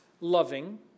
loving